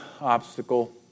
obstacle